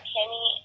Kenny